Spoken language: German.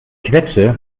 quetsche